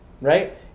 right